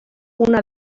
una